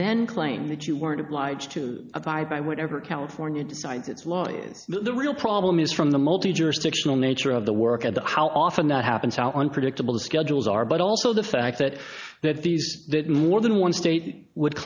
then claim that you weren't obliged to abide by whatever california the real problem is from the multi jurisdictional nature of the work at the how often that happens how unpredictable the schedules are but also the fact that that these that more than one state would